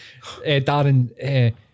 Darren